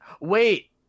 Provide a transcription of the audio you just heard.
Wait